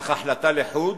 אך החלטה לחוד